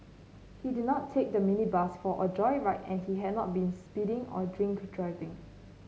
he did not take the minibus for a joyride and he had not been speeding or drink driving